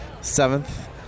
seventh